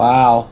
Wow